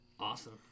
Awesome